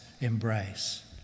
embrace